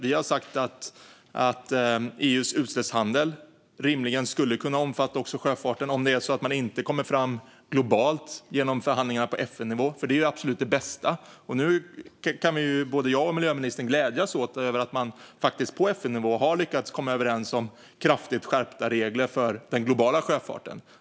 Vi har sagt att EU:s utsläppshandel rimligen skulle kunna omfatta också sjöfarten om man inte kommer fram globalt genom förhandlingarna på FN-nivå; det vore ju absolut det bästa. Nu kan både jag och miljöministern glädjas åt att man faktiskt på FNnivå har lyckats komma överens om kraftigt skärpta regler för den globala sjöfarten.